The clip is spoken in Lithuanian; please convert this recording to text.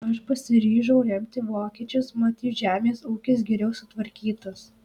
aš pasiryžau remti vokiečius mat jų žemės ūkis geriau sutvarkytas